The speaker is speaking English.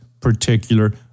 particular